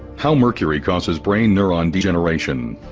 how mercury causes brain neuron degeneration